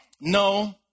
no